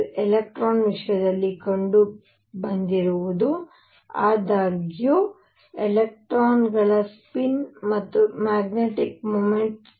ಇದು ಎಲೆಕ್ಟ್ರಾನ್ ವಿಷಯದಲ್ಲಿ ಕಂಡುಬಂದಿರುವುದು ಆದಾಗ್ಯೂ ಎಲೆಕ್ಟ್ರಾನ್ಗಳ ಸ್ಪಿನ್ ಮತ್ತು ಮ್ಯಾಗ್ನೆಟಿಕ್ ಮೊಮೆಂಟ್